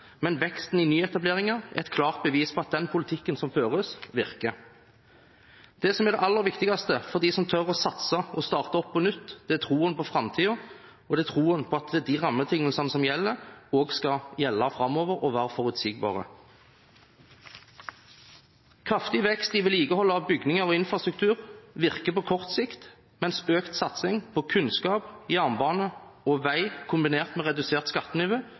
men veksten i nyetableringer er et klart bevis på at den politikken som føres, virker. Det som er det aller viktigste for dem som tør å satse og starte opp på nytt, er troen på framtiden og troen på at rammebetingelsene som gjelder, også skal gjelde framover og være forutsigbare. Kraftig vekst i vedlikeholdet av bygninger og infrastruktur virker på kort sikt, mens økt satsing på kunnskap, jernbane og vei, kombinert med redusert skattenivå,